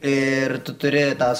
ir tu turi tą